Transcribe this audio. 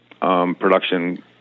production